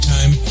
Time